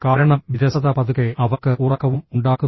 കാരണം വിരസത പതുക്കെ അവർക്ക് ഉറക്കവും ഉണ്ടാക്കുന്നു